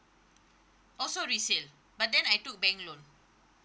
also resale but then I took bank loan